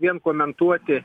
jiem komentuoti